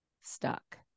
stuck